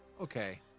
Okay